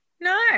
No